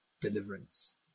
deliverance